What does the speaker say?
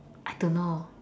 I don't know